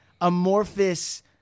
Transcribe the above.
amorphous